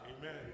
Amen